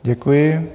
Děkuji.